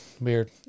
weird